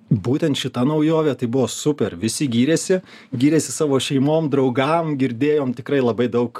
būtent šita naujovė tai buvo super visi gyrėsi gyrėsi savo šeimom draugam girdėjom tikrai labai daug